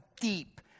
deep